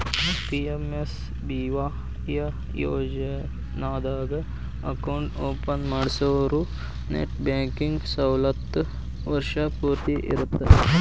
PMSBY ಯೋಜನಾದಾಗ account open ಮಾಡ್ಸಿರೋರು net banking ಸವಲತ್ತು ವರ್ಷ್ ಪೂರ್ತಿ ಇರತ್ತ